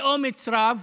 באומץ רב,